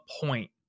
point